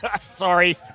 Sorry